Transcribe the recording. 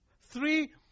Three